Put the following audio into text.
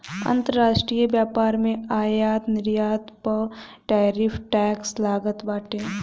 अंतरराष्ट्रीय व्यापार में आयात निर्यात पअ टैरिफ टैक्स लागत बाटे